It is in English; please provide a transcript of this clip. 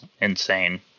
insane